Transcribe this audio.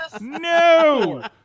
No